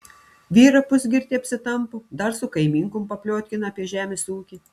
vyrą pusgirtį apsitampo dar su kaimynkom papliotkina apie žemės ūkį